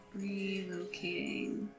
Relocating